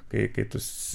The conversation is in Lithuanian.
kai kai tu